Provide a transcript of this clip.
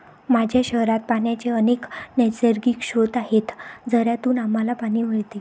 माझ्या शहरात पाण्याचे अनेक नैसर्गिक स्रोत आहेत, झऱ्यांतून आम्हाला पाणी मिळते